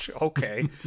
Okay